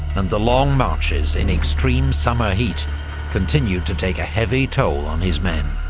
and the long marches in extreme, summer heat continued to take a heavy toll on his men.